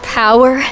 power